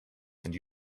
and